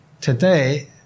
Today